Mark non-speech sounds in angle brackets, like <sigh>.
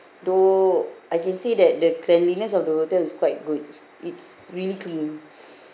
though I can see that the cleanliness of the hotel is quite good it's really clean <breath>